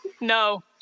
no